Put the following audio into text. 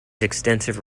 extensive